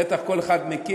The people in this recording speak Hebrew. בטח כל אחד מכיר,